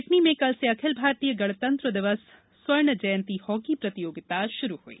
कटनी में कल से अखिल भारतीय गणतंत्र दिवस स्वर्ण जयंती हॉकी प्रतियोगिता शुरू हुई